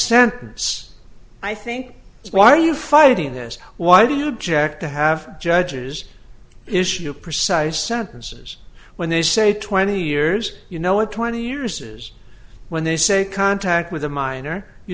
sentence i think why are you fighting this why do you object to have judges issue precise sentences when they say twenty years you know what twenty years is when they say contact with a minor you